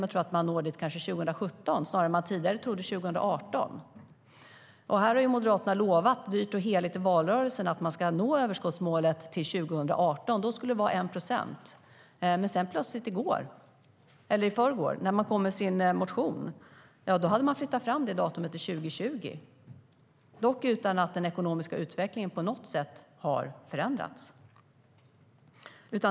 Man tror att man kanske når dit 2017 snarare än 2018 som man tidigare trodde. Här har Moderaterna lovat dyrt och heligt i valrörelsen att man ska nå överskottsmålet till 2018. Då skulle det vara 1 procent. Sedan plötsligt i förrgår när man kom med sin motion hade man flyttat fram det datumet till 2020, dock utan att den ekonomiska utvecklingen på något sätt har förändrats.